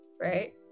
right